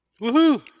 Woohoo